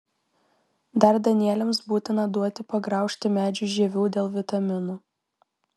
dar danieliams būtina duoti pagraužti medžių žievių dėl vitaminų